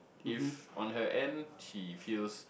if on her end she feels